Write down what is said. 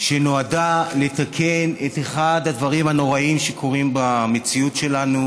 ונועדה לתקן את אחד הדברים הנוראים שקורים במציאות שלנו,